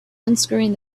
unscrewing